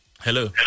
Hello